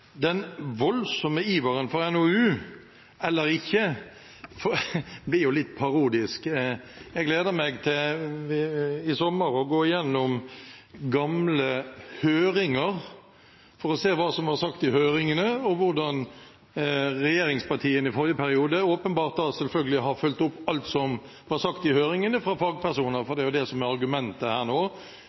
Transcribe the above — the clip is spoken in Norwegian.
Den voldsomme iveren etter en NOU eller ikke blir litt parodisk. Jeg gleder meg til i sommer å gå igjennom gamle høringer for å se på hva som ble sagt, og på hvordan regjeringspartiene i forrige periode åpenbart – selvfølgelig – har fulgt opp alt som ble sagt i høringene av fagpersoner. Det er jo det som er argumentet her.